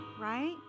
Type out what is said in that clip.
right